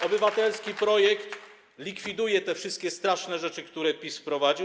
Obywatelski projekt likwiduje te wszystkie straszne rzeczy, które PiS wprowadził.